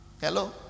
Hello